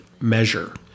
measure